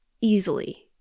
easily